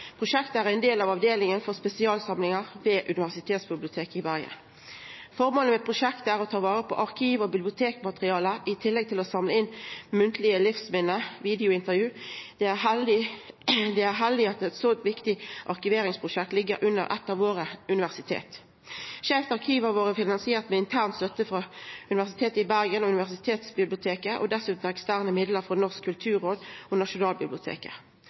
Prosjektet er ein del av avdelinga for spesialsamlingar ved Universitetsbiblioteket i Bergen. Føremålet med prosjektet er å ta vare på arkiv- og bibliotekmateriale, i tillegg til å samla inn munnlege livsminne – videointervju. Det er heldig at eit så viktig arkiveringsprosjekt ligg under eitt av våre universitet. Skeivt arkiv har vore finansiert med intern støtte frå Universitet i Bergen og Universitetsbiblioteket, og dessutan av eksterne midlar frå Norsk kulturråd og Nasjonalbiblioteket.